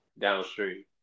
downstream